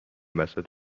بساط